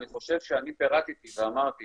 אני חושב שאני פירטתי ואמרתי